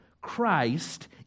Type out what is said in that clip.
Christ